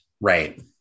right